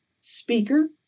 speaker